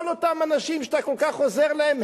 כל אותם אנשים שאתה כל כך עוזר להם.